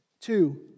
Two